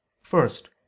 First